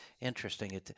Interesting